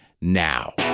now